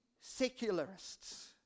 secularists